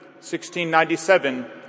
1697